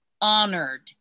honored